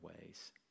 ways